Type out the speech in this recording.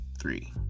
three